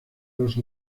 los